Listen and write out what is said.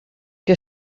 que